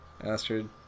Astrid